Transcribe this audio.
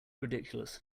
ridiculous